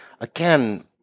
again